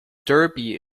derby